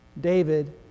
David